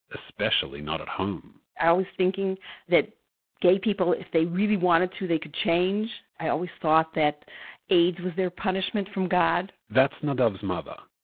especially not at home i was thinking that gay people, if they really wanted to, they could change, i always thought that aids was their punishment from god that's nadav's mother,